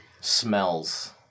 smells